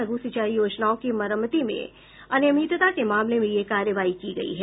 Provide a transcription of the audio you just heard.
लघु सिंचाई योजनाओं की मरम्मती में अनियमितता के मामले में ये कार्रवाई की गई है